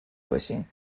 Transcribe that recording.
باشین